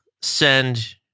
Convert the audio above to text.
send